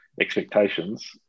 expectations